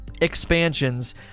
expansions